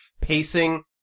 Pacing